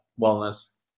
wellness